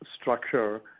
structure